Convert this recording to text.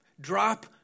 Drop